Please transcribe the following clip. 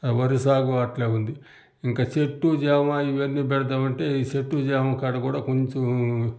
వరిసాగు అట్లే ఉంది ఇంక చెట్టు చేమా ఇవన్నీ పెడదామంటే ఈ చెట్టు చేమా కాడ కూడా కొంచెం